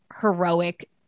heroic